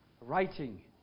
writing